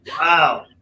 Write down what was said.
Wow